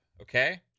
Okay